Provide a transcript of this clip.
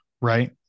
right